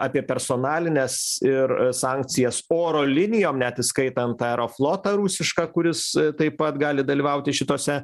apie personalines ir sankcijas oro linijom net įskaitant aeroflotą rusišką kuris taip pat gali dalyvauti šitose